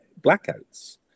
blackouts